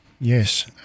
yes